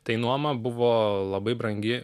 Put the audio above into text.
tai nuoma buvo labai brangi